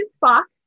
Fox